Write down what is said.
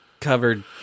covered